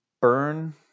burn